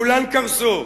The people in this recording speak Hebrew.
כולן קרסו.